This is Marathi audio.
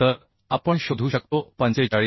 तर आपण शोधू शकतो 45